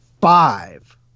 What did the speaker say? five